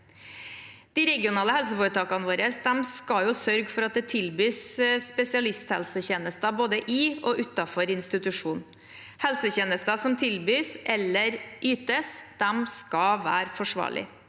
De regionale helseforetakene våre skal sørge for at det tilbys spesialisthelsetjenester både i og utenfor institusjon. Helsetjenester som tilbys eller ytes, skal være forsvarlige.